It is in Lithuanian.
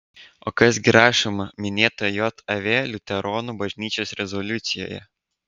o kas gi rašoma minėtoje jav liuteronų bažnyčios rezoliucijoje